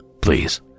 please